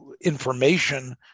information